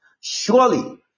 Surely